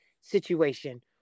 situation